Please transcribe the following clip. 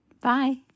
Bye